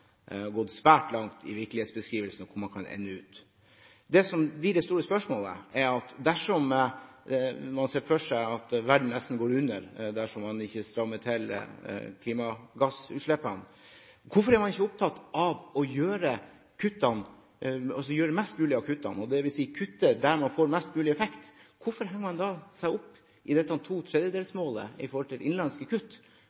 gått svært langt i virkelighetsbeskrivelsen av hvor man kan ende. Det som blir det store spørsmålet, er: Dersom man ser for seg at verden nesten går under dersom man ikke strammer til når det gjelder klimagassutslippene, hvorfor er man ikke opptatt av å kutte der det får mest mulig effekt? Hvorfor henger man seg opp i